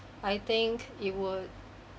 I think it would